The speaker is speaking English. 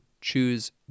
choose